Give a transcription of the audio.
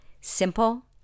Simple